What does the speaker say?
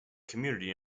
community